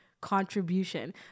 contribution